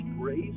grace